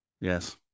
Yes